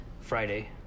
Friday